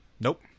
Nope